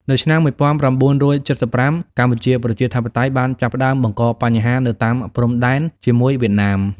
នៅឆ្នាំ ១៩៧៥ កម្ពុជាប្រជាធិបតេយ្យបានចាប់ផ្តើមបង្កបញ្ហានៅតាមព្រំដែនជាមួយវៀតណាម។